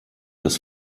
das